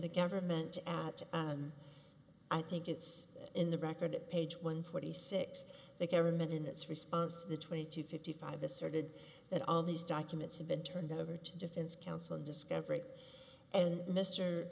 the government out i think it's in the record at page one forty six the government in its response the twenty to fifty five asserted that all these documents have been turned over to defense counsel discovery and mr